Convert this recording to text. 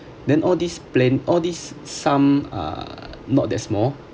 then all these plan all this some uh not that small